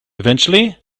eventually